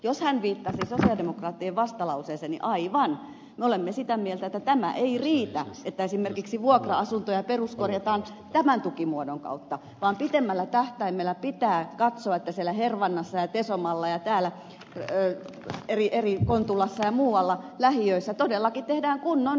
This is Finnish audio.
jos hän viittasi sosialidemokraattien vastalauseeseen niin aivan me olemme sitä mieltä että tämä ei riitä että esimerkiksi vuokra asuntoja peruskorjataan tämän tukimuodon kautta vaan pitemmällä tähtäimellä pitää katsoa että siellä hervannassa ja tesomalla ja täällä kontulassa ja muualla lähiöissä todellakin tehdään kunnon remontit